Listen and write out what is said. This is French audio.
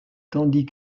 tandis